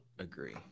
agree